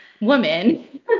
woman